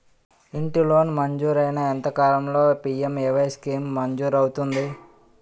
ఇంటి లోన్ మంజూరైన ఎంత కాలంలో పి.ఎం.ఎ.వై స్కీమ్ మంజూరు అవుతుంది?